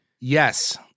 Yes